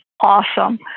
awesome